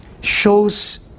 shows